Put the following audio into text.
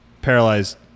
Paralyzed